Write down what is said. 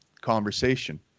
conversation